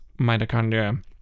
mitochondria